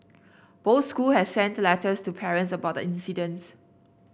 both school has sent letters to parents about the incidents